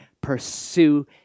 pursue